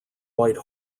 white